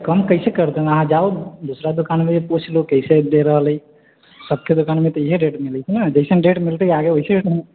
कम कइसे करि देब अहाँ जाउ दोसरा दोकानमे पूछ लू कैसे दे रहल अइ सबके दोकानमे तऽ इएह रेट मिलै छै ने जइसे रेट मिलतै आगे